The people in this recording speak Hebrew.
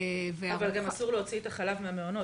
אבל גם אסור להוציא את החלב מהמעונות.